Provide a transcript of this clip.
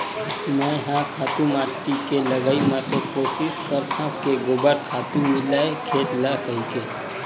मेंहा खातू माटी के लगई म तो कोसिस करथव के गोबर खातू मिलय खेत ल कहिके